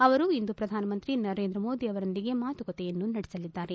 ಅವರು ಇಂದು ಪ್ರಧಾನಮಂತ್ರಿ ನರೇಂದ್ರ ಮೋದಿ ಅವರೊಂದಿಗೆ ಮಾತುಕತೆಯನ್ನು ನಡೆಸಲಿದ್ದಾರೆ